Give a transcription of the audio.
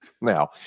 Now